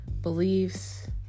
beliefs